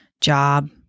job